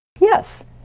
Yes